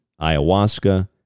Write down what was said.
ayahuasca